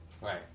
Right